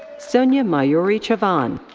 sonia mayuri chavan.